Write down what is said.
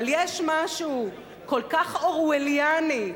אבל יש משהו כל כך אורווליאני,